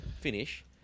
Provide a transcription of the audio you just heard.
finish